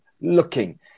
looking